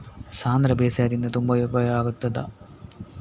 ಸಾಂಧ್ರ ಬೇಸಾಯದಿಂದ ತುಂಬಾ ಉಪಯೋಗ ಆಗುತ್ತದಾ?